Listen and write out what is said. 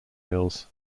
mills